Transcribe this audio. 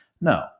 no